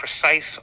precise